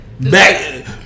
Back